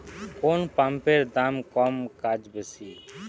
কোন পাম্পের দাম কম কাজ বেশি?